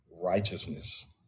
righteousness